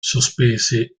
sospese